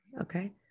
Okay